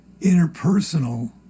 interpersonal